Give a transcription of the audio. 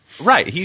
Right